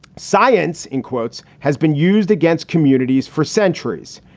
science in quotes has been used against communities for centuries.